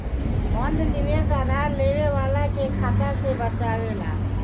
बंध निवेश उधार लेवे वाला के खतरा से बचावेला